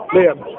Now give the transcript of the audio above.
Liam